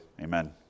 Amen